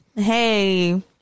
hey